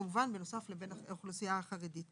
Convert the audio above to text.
כמובן שבנוסף לאוכלוסייה החרדית.